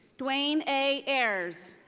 duane a. ayers.